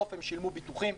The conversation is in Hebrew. הם שילמו ביטוחים,